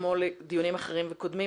כמו לדיונים אחרים קודמים,